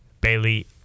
Bailey